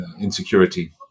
insecurity